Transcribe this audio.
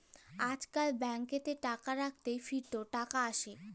আইজকাল ব্যাংকেতে টাকা রাইখ্যে ফিরত টাকা আসে